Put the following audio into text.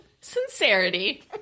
sincerity